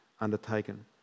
undertaken